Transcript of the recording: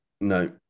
no